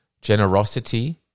generosity